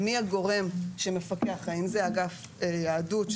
מי הגורם שמפקח האם זה אגף יהדות,